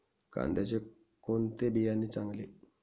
कांद्याचे कोणते बियाणे चांगले?